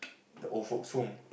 the old folk's home